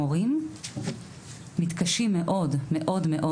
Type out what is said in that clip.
מתקשים מאוד מאוד.